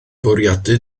bwriadu